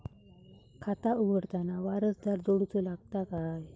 खाता उघडताना वारसदार जोडूचो लागता काय?